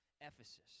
Ephesus